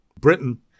Britain